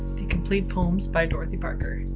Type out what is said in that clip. the complete poems by dorothy parker.